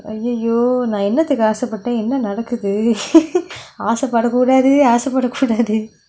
!aiyoyo! நான் இனத்துக்கு ஆசை பட்டேன் என்ன நடக்குது:naan enathuku aasai paten enna nadakuthu ஆசை படக்கூடாது ஆசை படக்கூடாது:aasai padakudaathu aasai padakudaathu